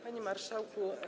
Panie Marszałku!